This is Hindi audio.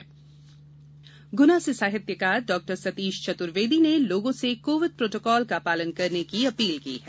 जन आंदोलन गुना से साहित्यकार डॉ सतीश चतुर्वेदी ने लोगों से कोविड प्रोटोकॉल का पालन करने की अपील की है